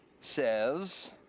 says